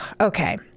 Okay